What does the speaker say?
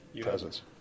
presence